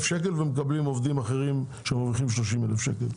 שקלים ומקבלים עובדים אחרים שמרוויחים 30 אלף שקלים.